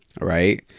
Right